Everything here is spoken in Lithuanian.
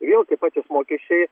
vėl tie patys mokesčiai